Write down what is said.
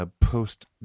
post